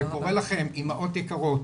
וקורא לכן אימהות יקרות,